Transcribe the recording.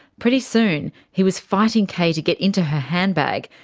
pretty soon he was fighting kay to get into her handbag,